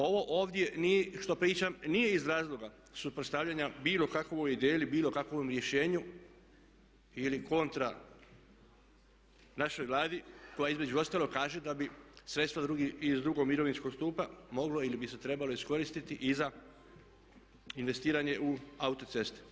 Ovo ovdje što pričam nije iz razloga suprotstavljanja bilo kakvoj ideji ili bilo kakvom rješenju ili kontra našoj Vladi koja između ostalog kaže da bi sredstva iz drugog mirovinskog stupa moglo ili bi se trebalo iskoristiti i za investiranje u autoceste.